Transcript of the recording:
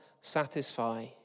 satisfy